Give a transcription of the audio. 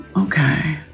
okay